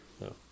No